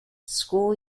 school